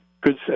good